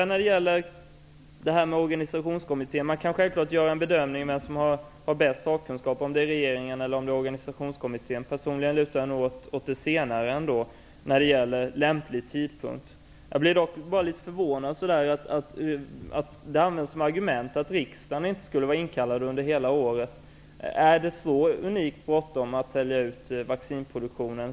När det gäller Organisationskommittén kan man självfallet göra en bedömning av vem som har bäst sakkunskap, om det är regeringen eller om det är Organisationskommittén. Personligen lutar jag nog åt den senare när det gäller lämplig tidpunkt. Jag blev dock litet förvånad över att man som argument anför att riksdagen inte är inkallad under hela året. Är det så bråttom att sälja ut vaccinproduktionen?